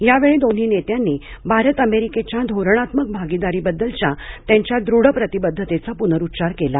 यावेळी दोन्ही नेत्यांनी भारत अमेरिकेच्या धोरणात्मक भागीदारीबद्दलच्या त्यांच्या दृढ प्रतिबद्धतेचा पुनरुच्चार केला